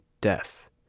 death